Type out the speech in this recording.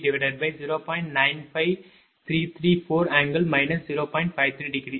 இதேபோல் i4PL4 jQL4V40